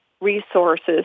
resources